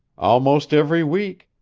almost every week.